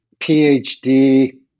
PhD